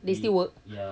they still work